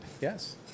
Yes